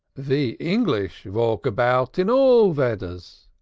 ve english valk about in all vedders.